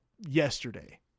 yesterday